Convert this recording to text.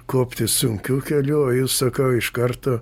kopti sunkiu keliu sakau iš karto